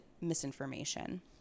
misinformation